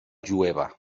jueva